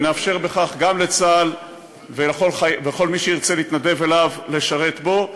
ונאפשר בכך גם לצה"ל ולכל מי שירצה להתנדב אליו לשרת בו,